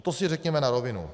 To si řekněme na rovinu.